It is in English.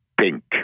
pink